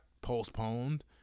postponed